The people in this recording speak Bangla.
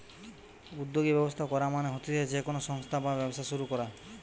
উদ্যোগী ব্যবস্থা করা মানে হতিছে যে কোনো সংস্থা বা ব্যবসা শুরু করা